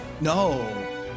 no